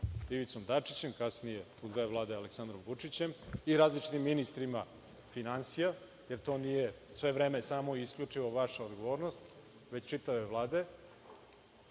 Ivicom Dačićem, kasnije u dve vlade Aleksandrom Vučićem i različitim ministrima finansija, jer to nije isključivo samo vaša odgovornost, već čitave Vlade.